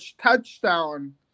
touchdown